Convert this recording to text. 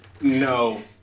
No